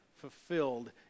fulfilled